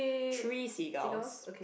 three seagulls